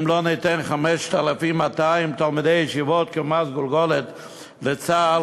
אם לא ניתן 5,200 תלמידי ישיבות כמס גולגולת לצה"ל,